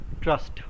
Trust